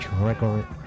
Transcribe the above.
record